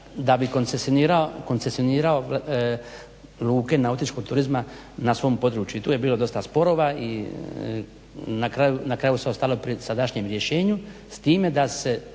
da bi koncesionrao luke nautičkog turizma na svom području. I tu je bilo dosta sporova i na kraju se ostalo pri sadašnjem rješenju s time da se